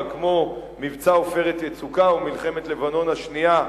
כמו מבצע "עופרת יצוקה" או מלחמת לבנון השנייה,